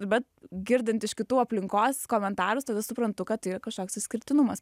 bet girdint iš kitų aplinkos komentarus tada suprantu kad tai yra kažkoks išskirtinumas